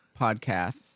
podcasts